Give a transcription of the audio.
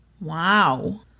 Wow